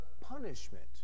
punishment